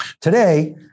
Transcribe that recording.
Today